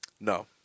No